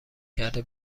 کرده